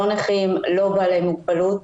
לא נכים, לא בעלי מוגבלות.